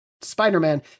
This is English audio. spider-man